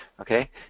okay